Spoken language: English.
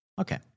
Okay